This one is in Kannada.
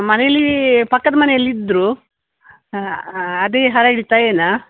ಮನೇಲೀ ಪಕ್ಕದ ಮನೇಲಿ ಇದ್ರೂ ಅದೆ ಹರಡಿತ ಏನು